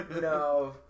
No